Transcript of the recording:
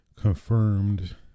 confirmed